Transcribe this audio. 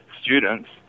students